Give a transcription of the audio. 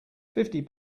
fifty